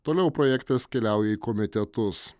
toliau projektas keliauja į komitetus